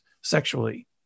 sexually